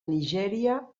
nigèria